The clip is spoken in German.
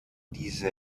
diese